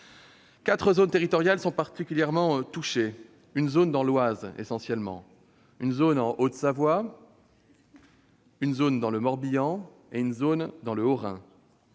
quatre zones territoriales sont particulièrement touchées : une zone dans l'Oise, une zone en Haute-Savoie, une zone dans le Morbihan et une zone dans le Haut-Rhin.